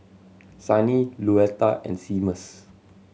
Sunny Luetta and Seamus